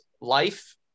life